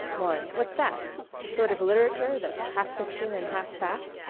maury what's that? a sort of literature that's half fiction and half fact?